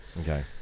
okay